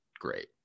great